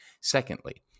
Secondly